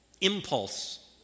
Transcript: Impulse